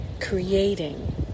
creating